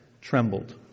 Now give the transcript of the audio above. trembled